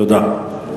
תודה.